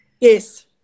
Yes